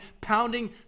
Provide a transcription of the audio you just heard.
pounding